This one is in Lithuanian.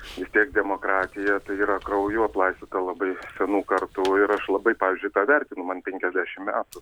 vis tiek demokratija tai yra krauju aplaistyta labai senų kartų ir aš labai pavyzdžiui tą vertinu man penkiasdešim metų